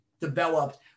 developed